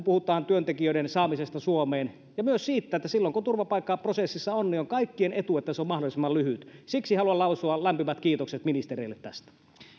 puhutaan työntekijöiden saamisesta suomeen ja myös siitä että silloin kun turvapaikkaprosessissa on niin on kaikkien etu että se on mahdollisimman lyhyt siksi haluan lausua lämpimät kiitokset ministereille tästä